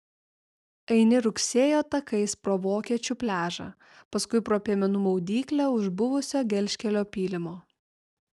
eini rugsėjo takais pro vokiečių pliažą paskui pro piemenų maudyklę už buvusio gelžkelio pylimo